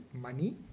money